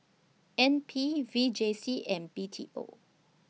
N P V J C and B T O